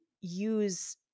use